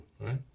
right